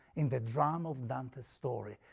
in the drama of dante's story.